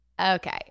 Okay